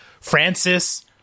Francis